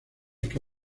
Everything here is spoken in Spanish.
que